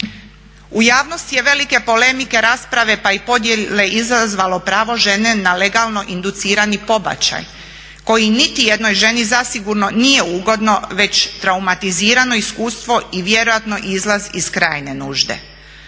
U javnosti velike polemike, rasprave pa i podjele izazvalo je pravo žene na legalno inducirani pobačaj koji niti jednoj ženi zasigurno nije ugodno već traumatizirano iskustvo i vjerojatno izlaz iz krajnje nužde.